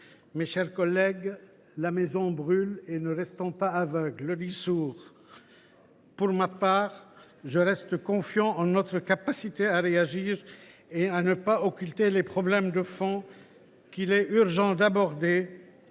le déficit. La maison brûle, ne restons pas aveugles ! Pour ma part, je reste confiant en notre capacité à réagir et à ne pas occulter les problèmes de fond qu’il est urgent d’aborder